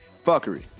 Fuckery